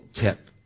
tip